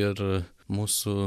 ir mūsų